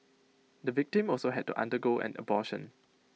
the victim also had to undergo an abortion